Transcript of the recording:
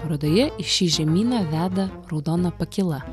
parodoje į šį žemyną veda raudona pakyla